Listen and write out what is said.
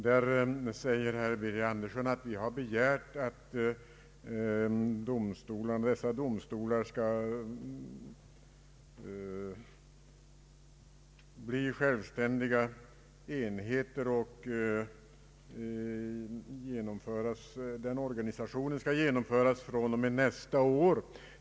Herr Birger Andersson säger att vi begärt att dessa domstolar skall bli självständiga enheter och att den organisationen skall genomföras fr.o.m. nästa år.